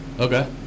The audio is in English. Okay